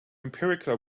empirical